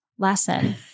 Lesson